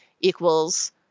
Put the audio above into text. equals